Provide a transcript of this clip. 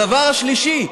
דבר שלישי,